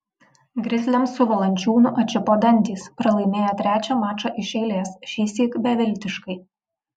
grizliams su valančiūnu atšipo dantys pralaimėjo trečią mačą iš eilės šįsyk beviltiškai